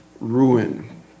ruin